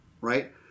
right